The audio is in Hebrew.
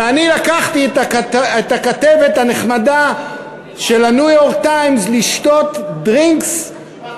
ואני לקחתי את הכתבת הנחמדה של ה"ניו-יורק טיימס" לשתות "דרינקס"